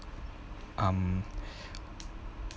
um